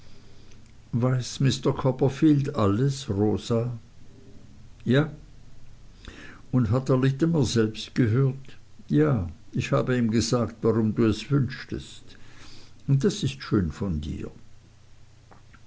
weiß mr copperfield alles rosa ja und hat er littimer selbst gehört ja ich habe ihm gesagt warum du es wünschtest das ist schön von dir